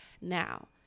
now